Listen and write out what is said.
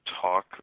talk